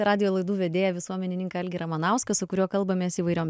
radijo laidų vedėją visuomenininką algį ramanauską su kuriuo kalbamės įvairiom